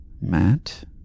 Matt